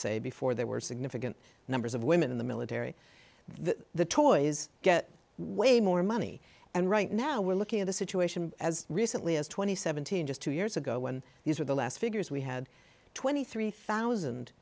say before there were significant numbers of women in the military that the toys get way more money and right now we're looking at a situation as recently as two thousand and seventeen just two years ago when these were the last figures we had twenty three thousand